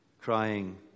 crying